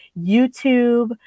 YouTube